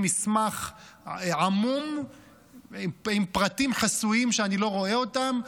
מסמך עמום עם פרטים חסויים שאני לא רואה אותם.